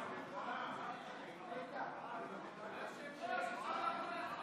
אז אפשר לעבור להצבעה,